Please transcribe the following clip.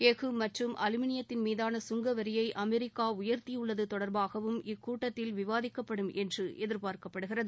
எஃகு மற்றும் அலுமினியத்தின் மீதான கங்கவரியை அமெரிக்கா உயர்த்தியுள்ளது தொடர்பாகவும் இக்கூட்டத்தில் விவாதிக்கப்படும் என்று எதிர்பார்க்கப்படுகிறது